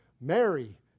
Mary